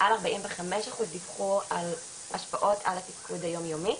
מעל ארבעים וחמישה אחוז דיווחי על השפעות על התפקוד היומיומי.